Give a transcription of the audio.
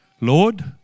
Lord